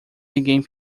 ninguém